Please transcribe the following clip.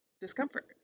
discomfort